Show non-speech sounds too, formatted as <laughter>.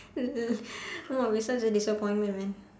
<laughs> !whoa! we such a disappointment man